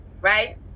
right